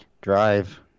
drive